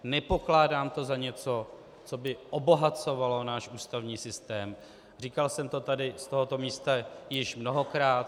Nepokládám to za něco, co by obohacovalo náš ústavní systém, říkal jsem to tady z tohoto místa již mnohokrát.